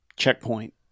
checkpoint